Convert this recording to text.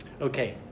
okay